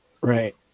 Right